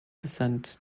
descent